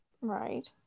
Right